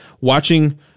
watching